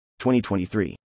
2023